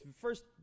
First